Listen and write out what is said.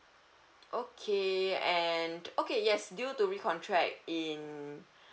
okay and okay yes due to recontract in